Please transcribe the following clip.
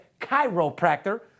chiropractor